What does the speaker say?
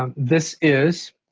um this is,